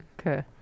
Okay